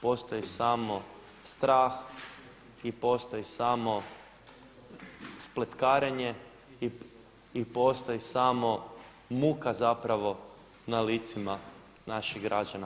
Postoji samo strah i postoji samo spletkarenje i postoji samo muka zapravo na licima naših građana.